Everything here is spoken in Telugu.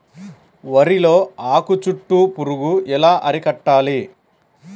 వరిలో ఆకు చుట్టూ పురుగు ఎలా అరికట్టాలి?